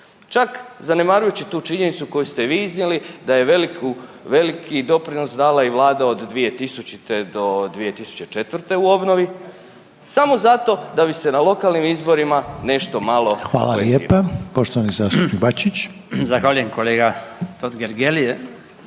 Čak zanemarujući tu činjenicu koju ste vi iznijeli da je veliku, veliki doprinos dala i vlada od 2000. do 2004. u obnovi, samo zato da bi se na lokalnim izborima nešto malo promijenilo. **Reiner, Željko (HDZ)** Hvala lijepa.